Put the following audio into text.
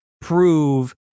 prove